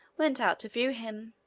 went out to view him.